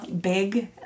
big